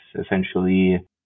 essentially